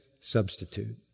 substitute